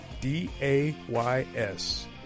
D-A-Y-S